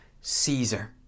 Caesar